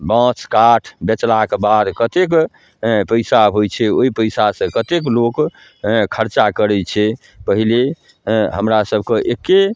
बाँस काठ बेचलाके बाद कतेक हेँ पइसा होइ छै ओहि पइसासँ कतेक लोक हेँ खरचा करै छै पहिले हेँ हमरासभके एक्के